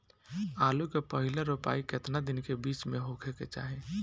आलू क पहिला रोपाई केतना दिन के बिच में होखे के चाही?